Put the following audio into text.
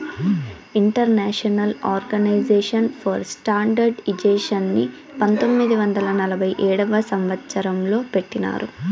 international organisation for స్టాండర్డయిజేషన్ని పంతొమ్మిది వందల నలభై ఏడవ సంవచ్చరం లో పెట్టినారు